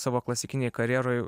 savo klasikinėj karjeroj